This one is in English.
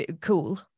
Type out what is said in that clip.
cool